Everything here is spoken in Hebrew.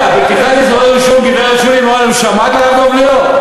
דרך אגב, בפתיחת אזורי רישום שמעת לרב דב ליאור?